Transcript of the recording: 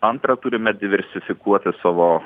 antra turime diversifikuoti savo